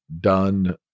done